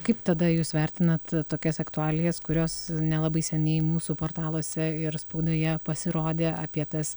kaip tada jūs vertinat tokias aktualijas kurios nelabai seniai mūsų portaluose ir spaudoje pasirodė apie tas